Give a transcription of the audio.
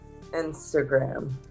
Instagram